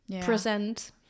present